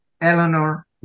Eleanor